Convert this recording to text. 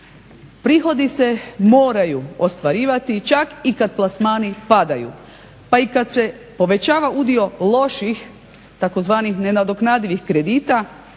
Prihodi se moraju ostvarivati čak i kad plasmani padaju pa i kad se povećava udio loših tzv. nenadoknadivih kredita,